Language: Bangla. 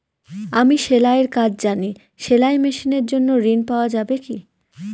আমি সেলাই এর কাজ জানি সেলাই মেশিনের জন্য ঋণ পাওয়া যাবে কি?